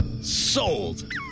Sold